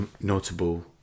notable